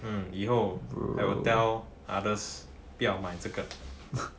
mm 以后 I will tell others that 不要买这个